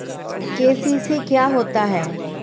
KCC क्या होता है?